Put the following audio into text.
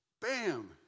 Bam